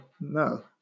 No